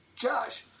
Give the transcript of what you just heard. Josh